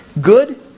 Good